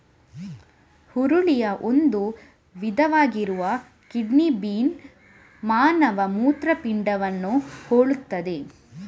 ಹುರುಳಿಯ ಒಂದು ವಿಧವಾಗಿರುವ kidney bean ಮಾನವ ಮೂತ್ರಪಿಂಡವನ್ನು ಹೋಲುತ್ತದೆ